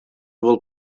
will